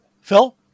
Phil